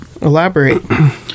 Elaborate